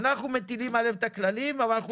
אנחנו מטילים עליהם את הכללים אבל אנחנו